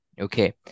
okay